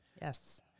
yes